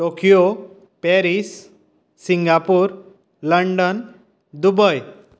Tokyo Paris Singapore London Dubai